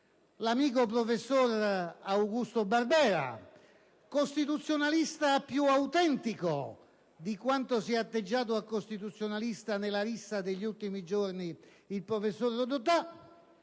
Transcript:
l'amico professore Augusto Barbera, costituzionalista più autentico di quanto si è atteggiato a costituzionalista, nella rissa degli ultimi giorni, il professor Rodotà;